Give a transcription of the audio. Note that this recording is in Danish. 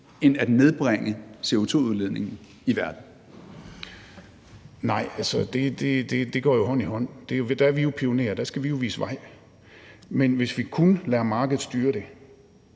Gejl. Kl. 15:45 Torsten Gejl (ALT): Nej, altså, det går jo hånd i hånd. Der er vi pionerer, og der skal vi jo vise vej. Men hvis vi kun lader markedet styre det,